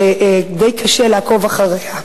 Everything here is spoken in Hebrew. שדי קשה לעקוב אחריה.